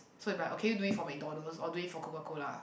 so if I okay do it for McDonald's or do it for Coca Cola